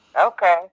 okay